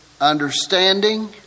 understanding